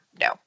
no